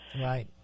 Right